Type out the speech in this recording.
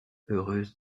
heureuse